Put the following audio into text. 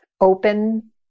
open